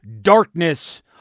darkness